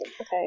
okay